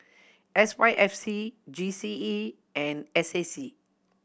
S Y F C G C E and S A C